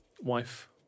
wife